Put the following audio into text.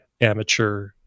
amateur